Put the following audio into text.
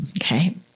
Okay